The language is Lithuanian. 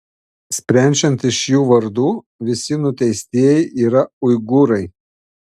sprendžiant iš jų vardų visi nuteistieji yra uigūrai